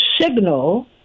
signal